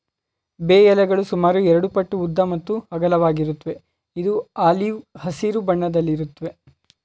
ಬೇ ಎಲೆಗಳು ಸುಮಾರು ಎರಡುಪಟ್ಟು ಉದ್ದ ಮತ್ತು ಅಗಲವಾಗಿರುತ್ವೆ ಇದು ಆಲಿವ್ ಹಸಿರು ಬಣ್ಣದಲ್ಲಿರುತ್ವೆ